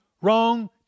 wrong